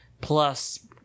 plus